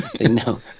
No